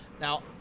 Now